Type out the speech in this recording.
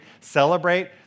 celebrate